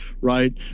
right